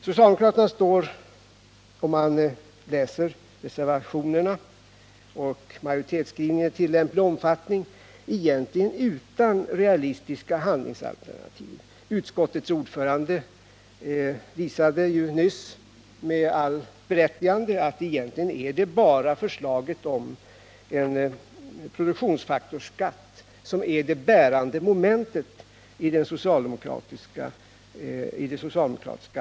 Socialdemokraterna står, om man läser reservationerna och majoritetsskrivningen i tillämpliga delar, egentligen utan realistiska handlingsalternativ. Utskottets ordförande visade ju nyss helt riktigt att det i själva verket bara är förslaget om en produktionsfaktorsskatt som är det bärande momentet i det socialdemokratiska alternativet.